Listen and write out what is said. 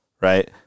right